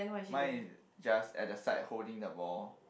mine is just at the side holding the ball